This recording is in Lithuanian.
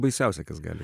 baisiausia kas gali